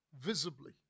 visibly